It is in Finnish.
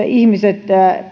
ihmiset